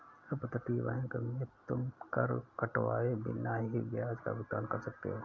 अपतटीय बैंक में तुम कर कटवाए बिना ही ब्याज का भुगतान कर सकते हो